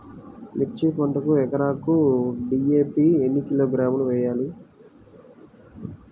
మిర్చి పంటకు ఎకరాకు డీ.ఏ.పీ ఎన్ని కిలోగ్రాములు వేయాలి?